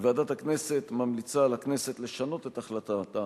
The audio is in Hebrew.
ועדת הכנסת ממליצה לכנסת לשנות את החלטתה,